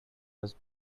was